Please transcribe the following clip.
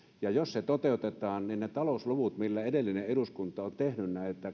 mutta jos se toteutetaan niin ne talousluvut millä edellinen eduskunta on tehnyt